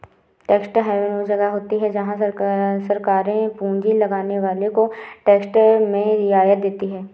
tax haven वो जगह होती हैं जहाँ सरकारे पूँजी लगाने वालो को टैक्स में रियायत देती हैं